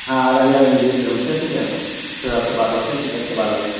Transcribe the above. ہاں آداریاب ملیے پھر ہم سے ٹھیک ہے ہم پھر آپ سے بات ہو کے بیٹھ کے بد ہوگی